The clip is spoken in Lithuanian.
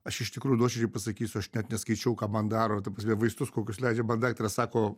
aš iš tikrųjų nuoširdžiai pasakysiu aš net neskaičiau ką man daro ta prasme vaistus kokius leidžia man daktaras sako